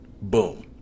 Boom